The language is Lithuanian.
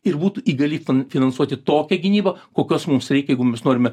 ir būtų įgali fin finansuoti tokią gynybą kokios mums reikia jeigu mes norime